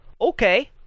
okay